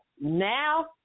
Now